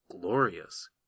glorious